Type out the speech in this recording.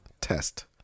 test